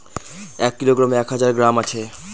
এক কিলোগ্রামে এক হাজার গ্রাম আছে